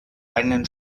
einen